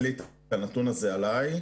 אין לי את הנתון הזה עליי.